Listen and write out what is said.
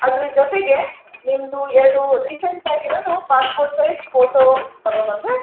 ಅದ್ರ ಜೊತೆಗೆ ನಿಮ್ಮದು ಎರಡು ರೀಸೆಂಟಾಗಿರೋದು ಪಾಸ್ಪೋರ್ಟ್ ಸೈಝ್ ಫೋಟೋ ತಗೊಬಂದರೆ